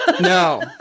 No